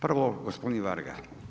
Prvo gospodin Varga.